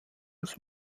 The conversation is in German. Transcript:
als